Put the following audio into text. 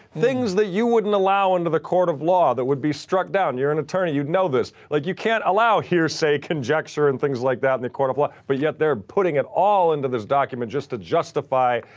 things that you wouldn't allow into the court of law that would be struck down. you're an attorney, you'd know this, like you can't allow hearsay conjecture and things like that in the court of law, but yet they're putting it all into this document just to justify,